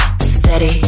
steady